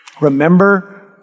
remember